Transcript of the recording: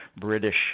British